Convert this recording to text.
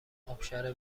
آبشار